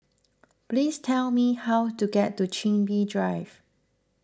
please tell me how to get to Chin Bee Drive